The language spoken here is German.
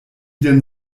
denn